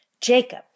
Jacob